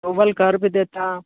approval कर भी देता